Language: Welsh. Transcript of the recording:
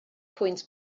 pwynt